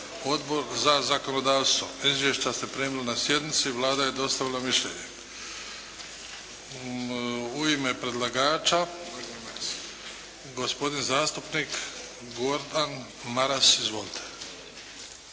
Odbor za zakonodavstvo. Izvješća ste primili na sjednici. Vlada je dostavila mišljenje. U ime predlagača gospodin zastupnik Gordan Maras. Izvolite.